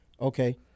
Okay